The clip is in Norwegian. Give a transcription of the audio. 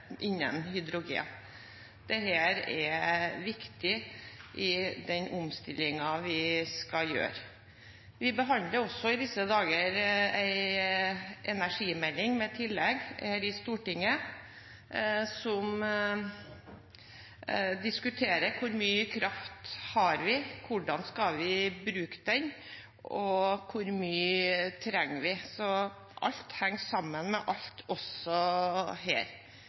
innen hydrogen. Dette er viktig i den omstillingen vi skal gjøre. Vi behandler også i disse dager en energimelding med tillegg, her i Stortinget. Den diskuterer hvor mye kraft vi har, hvordan vi skal bruke den, og hvor mye vi trenger. Så alt henger sammen med alt, også her.